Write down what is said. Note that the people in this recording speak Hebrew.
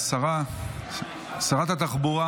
שרת התחבורה